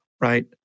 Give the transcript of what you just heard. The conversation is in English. right